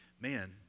man